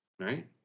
right